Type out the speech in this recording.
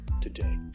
Today